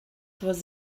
was